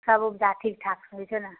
सब उपजा ठिकठाकसे होइ छौ ने